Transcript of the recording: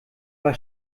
war